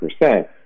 percent